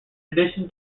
addition